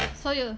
so you